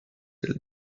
del